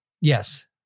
Yes